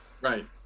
right